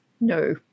No